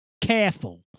careful